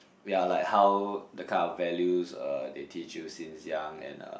yeah like how the kind of values uh they teach you since young and uh